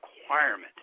requirement